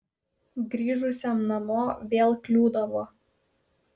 grįžusiam namo vėl kliūdavo